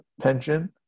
pension